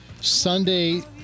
Sunday